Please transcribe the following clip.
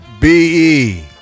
B-E